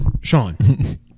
Sean